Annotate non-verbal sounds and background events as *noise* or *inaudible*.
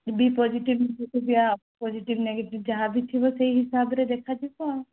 ବି positive *unintelligible* positive negative ଯାହାବି ଥିବ ସେଇ ହିସାବରେ ଦେଖାଯିବ ଆଉ